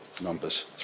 numbers